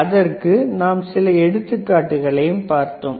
அதற்கு சில எடுத்துக்காட்டுகளை பார்த்தோம்